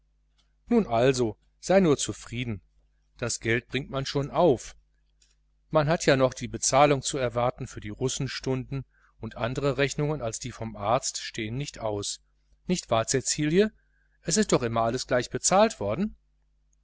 nun also sei nur zufrieden das geld bringt man schon auf man hat ja noch das honorar zu erwarten für die russenstunden und andere rechnungen als die vom arzt stehen nicht aus nicht wahr cäcilie es ist doch immer alles gleich bezahlt worden